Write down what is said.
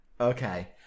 Okay